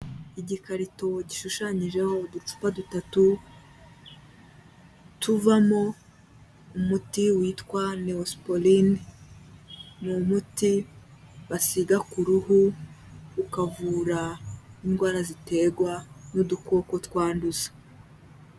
Igikarito gishushanyijeho uducupa dutatu tuvamo umuti witwa leospolinne, ni umuti basiga ku ruhu ukavura indwara ziterwa n'udukoko twanduza.